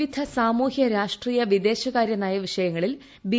വിവിധ സാമൂഹ്യ രാഷ്ട്രീയ വിദേശകാര്യ നയ വിഷയങ്ങളിൽ ബി